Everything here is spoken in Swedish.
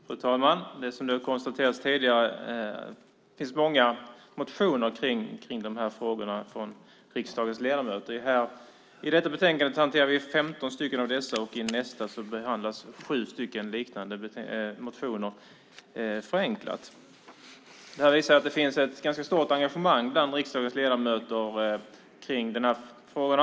Fru talman! Som tidigare konstaterats finns det många motioner från riksdagens ledamöter om kulturfrågor. I detta betänkande hanteras femton motioner. I nästa betänkande här i dag behandlas sju liknande motioner - förenklat uttryckt. Detta visar att det bland riksdagens ledamöter finns ett ganska stort engagemang i de olika frågorna.